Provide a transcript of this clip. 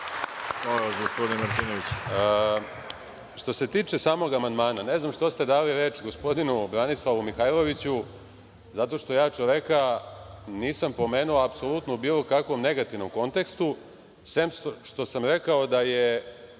**Aleksandar Martinović** Što se tiče samog amandmana, ne znam što ste dali reč gospodinu Branislavu Mihajloviću, zato što ja čoveka nisam pomenuo apsolutno u bilo kakvom negativnom kontekstu, sem što sam rekao da je